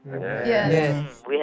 Yes